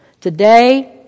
Today